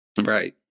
Right